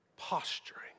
posturing